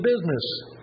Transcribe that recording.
business